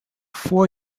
four